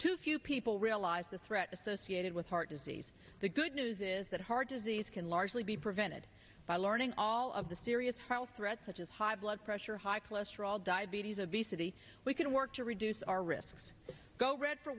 too few people realize the threat associated with heart disease the good news is that hard disease can largely be prevented by learning all of the serious threats such as high blood pressure high cholesterol diabetes obesity we can work to reduce our risks go red for